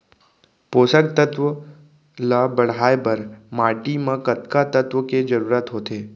पोसक तत्व ला बढ़ाये बर माटी म कतका तत्व के जरूरत होथे?